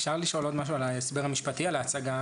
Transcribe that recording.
אפשר לשאול עוד משהו על ההסבר המשפטי, על ההצגה.